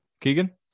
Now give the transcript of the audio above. Keegan